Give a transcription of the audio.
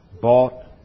bought